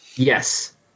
yes